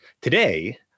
Today